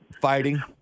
fighting